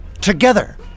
Together